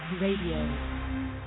Radio